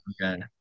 Okay